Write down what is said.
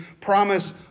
promise